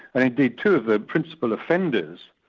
and indeed two of the principal offenders,